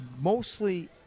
mostly